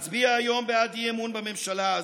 להצביע היום בעד אי-אמון בממשלה הזו.